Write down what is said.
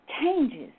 changes